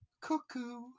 Cuckoo